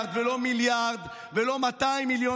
מיליארד ולא מיליארד ולא 200 מיליון,